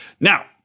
Now